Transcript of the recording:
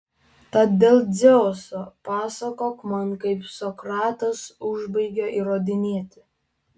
tad dėl dzeuso pasakok man kaip sokratas užbaigė įrodinėti